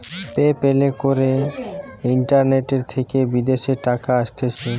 pay প্যালে করে internet থেকে বিদেশের টাকা আসতিছে